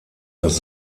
das